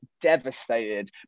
devastated